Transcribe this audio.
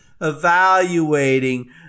evaluating